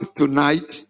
tonight